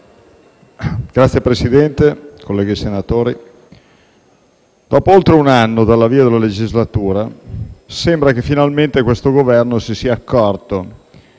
Signor Presidente, colleghi senatori, dopo oltre un anno dall'avvio della legislatura sembra che finalmente questo Governo si sia accorto